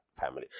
family